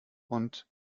und